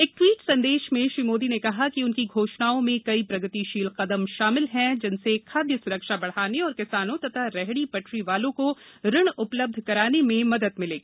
एक ट्वीट संदेश में श्री मोदी ने कहा कि उनकी घोषणाओं में कई प्रगतिशील कदम शामिल हैं जिनसे खादय सरक्षा बधाने और किसानों तथा रेहपी पटरी वालों को ऋण उपलबध्व कराने में मदद मिलेगी